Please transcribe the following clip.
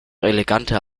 eleganter